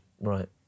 Right